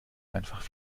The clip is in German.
einfach